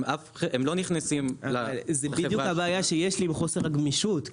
הם לא נכנסים לחברה --- זו בדיוק הבעיה שיש לי עם חוסר הגמישות.